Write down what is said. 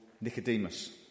Nicodemus